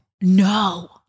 No